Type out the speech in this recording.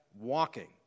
walking